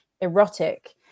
erotic